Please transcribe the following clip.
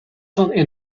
van